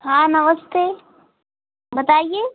हाँ नमस्ते बताइए